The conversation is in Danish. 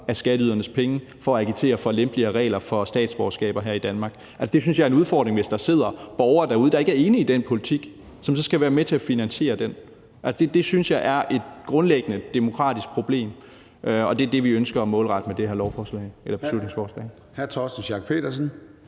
af skatteydernes penge for at agitere for lempeligere regler for statsborgerskaber her i Danmark. Jeg synes, det er en udfordring, hvis der sidder borgere derude, der ikke er enige i den politik, men så alligevel skal være med til at finansiere den. Det synes jeg er et grundlæggende demokratisk problem, og det er det, vi ønsker at målrette med det her beslutningsforslag.